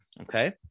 Okay